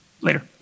later